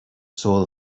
soul